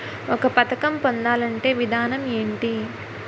ఒక పథకం పొందాలంటే విధానం ఏంటి?